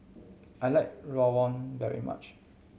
I like rawon very much